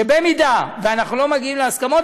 שאם אנחנו לא מגיעים להסכמות,